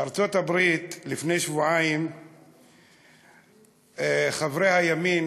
בארצות-הברית לפני שבועיים חברי הימין,